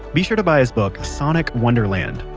be sure to buy his book, sonic wonderland.